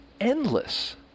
endless